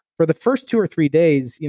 for the first two or three days, you know